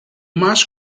mass